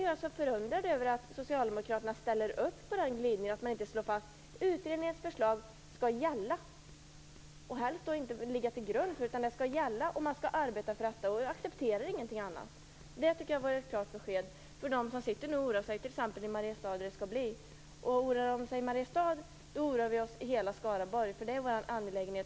Jag är förundrad över att Socialdemokraterna ställer upp på den glidningen och att man inte slår fast: Utredningens förslag skall gälla. Den skall inte ligga till grund för arbetet, utan den skall gälla, och man skall arbeta för detta. Jag accepterar ingenting annat. Det tycker jag vore ett klart besked för dem som nu sitter och oroar sig över hur det skall bli, t.ex. i Mariestad. Oroar de sig i Mariestad oroar vi oss i hela Skaraborg. Det är allas vår angelägenhet.